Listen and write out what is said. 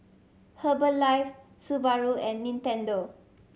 Herbalife Subaru and Nintendo